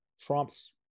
Trump's